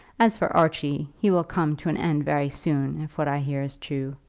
as for archie, he will come to an end very soon, if what i hear is true.